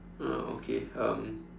uh okay um